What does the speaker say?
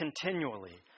continually